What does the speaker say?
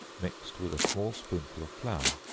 mixed with a small spoonful of flour,